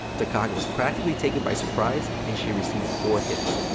the kaga was practically taken by surprise and she received four hits,